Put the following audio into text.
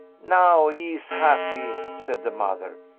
now he is happy! said the mother.